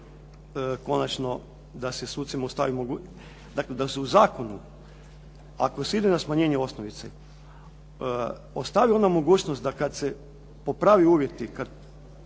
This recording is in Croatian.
da se u zakonu ako se ide na smanjenje osnovice ostavi ona mogućnost da kad se poprave uvjeti, kad počinje